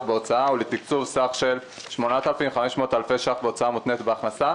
בהוצאה ולתקצוב סך של 8,500 אלפי ש"ח בהוצאה מותנית בהכנסה,